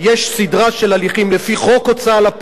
יש סדרה של הליכים לפי חוק ההוצאה לפועל,